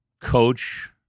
coach